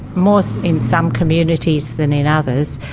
more so in some communities than in others,